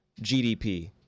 GDP